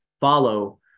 follow